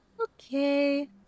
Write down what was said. Okay